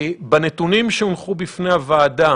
בנתונים שהונחו בפני הוועדה